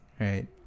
Right